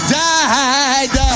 died